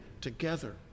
together